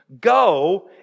Go